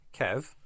Kev